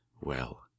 Well